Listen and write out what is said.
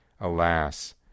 Alas